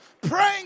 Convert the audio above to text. praying